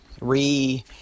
re